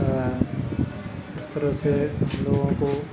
اس طرح سے لوگوں کو